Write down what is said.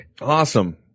Awesome